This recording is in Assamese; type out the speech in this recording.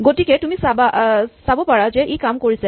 গতিকে তুমি চাব পাৰা যে ই কাম কৰিছে